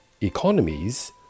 economies